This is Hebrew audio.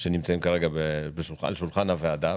שנמצאים על שולחן הוועדה.